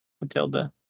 Matilda